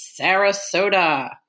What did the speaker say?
Sarasota